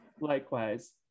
Likewise